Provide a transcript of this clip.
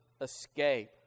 escape